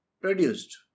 produced